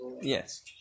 Yes